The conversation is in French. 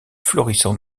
florissant